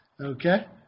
Okay